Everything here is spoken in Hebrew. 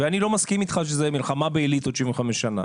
ואני לא מסכים איתך שזה מלחמה באליטות 75 שנה.